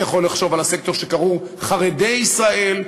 אני יכול לחשוב על הסקטור שקרוי חרדי ישראל,